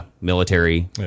military